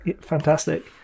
Fantastic